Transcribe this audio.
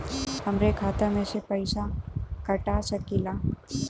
हमरे खाता में से पैसा कटा सकी ला?